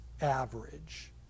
average